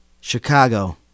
Chicago